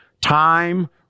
time